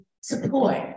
support